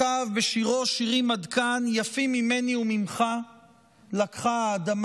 כתב בשירו "שירים עד כאן": "יפים ממני וממך האדמה לקחה",